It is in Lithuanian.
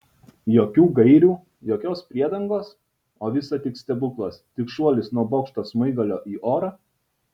jokių gairių jokios priedangos o visa tik stebuklas tik šuolis nuo bokšto smaigalio į orą